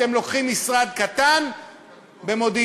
אתם לוקחים משרד קטן במודיעין.